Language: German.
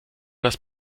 das